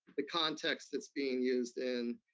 the context it's being used in,